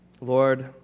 Lord